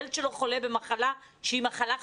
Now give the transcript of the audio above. שהילד שלו חולה במחלה שהיא מחלה כרונית.